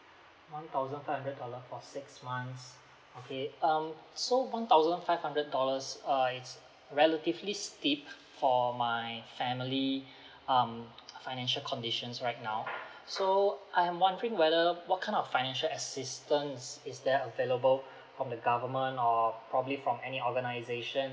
one thousand five hundred dollars for six months okay um so one thousand five hundred dollars err is relatively steep for my family um financial conditions right now so I'm wondering whether what kind of financial assistance is there available from the government or probably from any organisation